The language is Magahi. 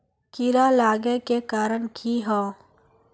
कीड़ा लागे के कारण की हाँ?